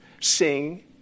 sing